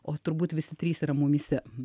o turbūt visi trys yra mumyse